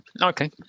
Okay